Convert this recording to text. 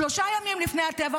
שלושה ימים לפני הטבח,